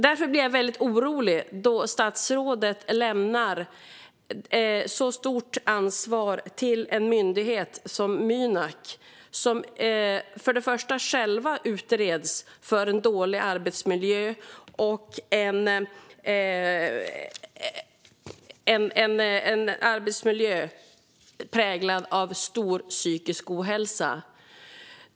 Därför blir jag orolig då statsrådet lämnar så stort ansvar till en myndighet som Mynak, som själv utreds för en dålig arbetsmiljö präglad av stor psykisk ohälsa.